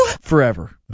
forever